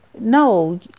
no